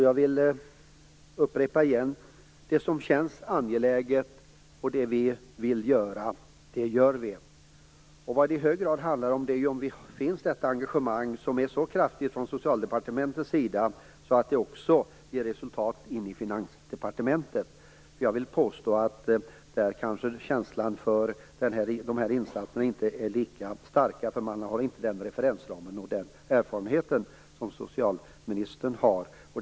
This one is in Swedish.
Jag vill återigen upprepa att det som känns angeläget och det som vi vill göra, det gör vi. Vad det i hög grad handlar om är om det finns ett engagemang från Socialdepartement som är så starkt att det ger resultat också i Finansdepartementet. Jag vill påstå att känslorna för dessa insatser kanske inte är lika starka där, eftersom man inte har den referensramen och den erfarenheten som socialministern har.